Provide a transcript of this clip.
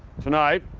tonight,